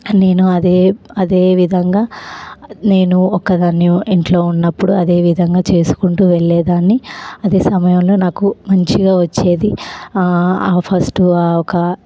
నేను అదే అదే విధంగా నేను ఒక్కదాన్నే ఇంట్లో ఉన్నప్పుడు అదే విధంగా చేసుకుంటూ వెళ్ళేదాన్ని అదే సమయంలో నాకు మంచిగా వచ్చేది ఆ ఫస్టు ఒక